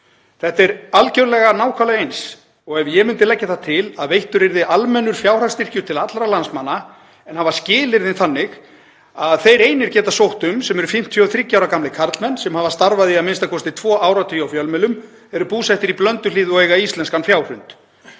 Þetta er algerlega nákvæmlega eins og ef ég myndi leggja það til að veittur yrði almennur fjárhagsstyrkur til allra landsmanna en hafa skilyrðin þannig að þeir einir geta sótt um sem eru 53 ára gamlir karlmenn sem hafa starfað í a.m.k. tvo áratugi hjá fjölmiðlum, eru búsettir í Blönduhlíð og eiga íslenskan fjárhund.